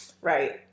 Right